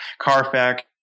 Carfax